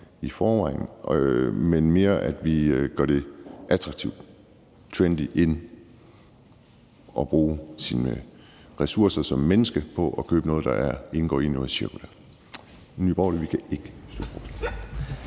i forvejen, men hvor vi mere gør det attraktivt, trendy, in at bruge sine ressourcer som menneske på at købe noget, der indgår i noget cirkulært. Nye Borgerlige kan ikke støtte forslaget.